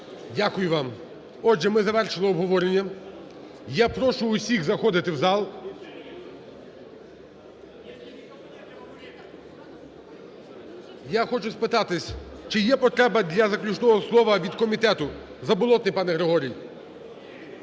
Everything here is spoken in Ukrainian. Дякую вам. Отже, ми завершили обговорення. Я прошу усіх заходити в зал. Я хочу спитатись, чи є потреба для заключного слова від комітету, Заболотний, пане, Григорій?